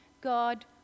God